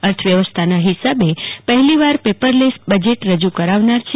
અર્થવ્યવસ્થાના હિસાબે પહેલીવાર paperless budget રજુ કરનાર છે